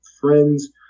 friends